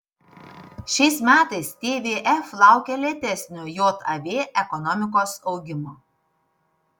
šiais metais tvf laukia lėtesnio jav ekonomikos augimo